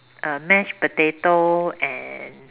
uh mashed potato and